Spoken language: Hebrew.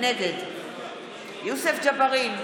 נגד יוסף ג'בארין,